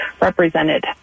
represented